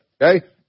Okay